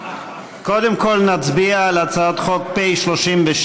קודם כול נצביע על הצעת חוק פ/3224/20,